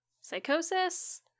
psychosis